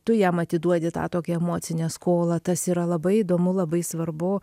tu jam atiduodi tą tokią emocinę skolą tas yra labai įdomu labai svarbu